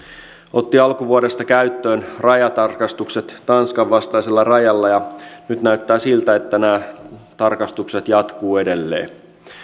otti alkuvuodesta käyttöön rajatarkastukset tanskan vastaisella rajalla ja nyt näyttää siltä että nämä tarkastukset jatkuvat edelleen